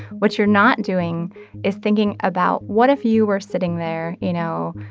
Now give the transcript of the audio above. what you're not doing is thinking about what if you were sitting there, you know,